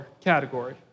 category